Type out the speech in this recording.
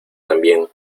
también